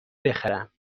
بخرم